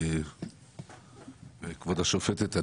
כבוד השופטת,